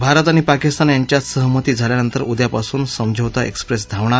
भारत आणि पाकिस्तान यांच्यात सहमती झाल्यानंतर उद्यापासून समझौता एक्सप्रेस धावणार